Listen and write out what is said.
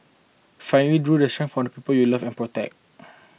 finally draw from the people you love and protect